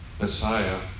Messiah